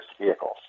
vehicles